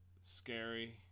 scary